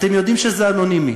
אתם יודעים שזה אנונימי.